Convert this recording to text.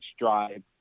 Drive